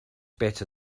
better